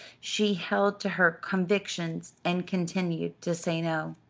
she held to her convictions and continued to say no.